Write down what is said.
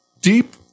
deep